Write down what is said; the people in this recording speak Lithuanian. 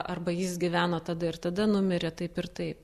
arba jis gyveno tada ir tada numirė taip ir taip